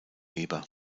eber